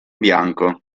bianco